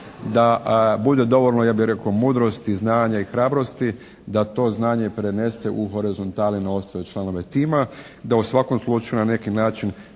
da bude dovoljno ja bih rekao mudrosti, znanja i hrabrosti da to znanje prenese u horizontalu na ostale članove time, da u svakom slučaju na neki način